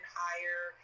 higher